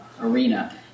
arena